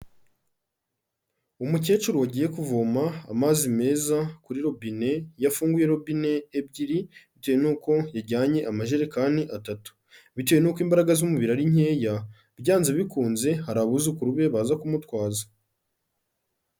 Umukecuru wagiye kuvoma amazi meza kuri robine, yafunguye robine ebyiri bitewe n'uko yajyanye amajerekani atatu, bitewe n'uko imbaraga z'umubiri ari nkeya byanze bikunze hari abuzukuru be baza kumutwaza.